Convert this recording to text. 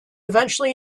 eventually